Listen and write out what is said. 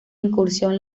incursión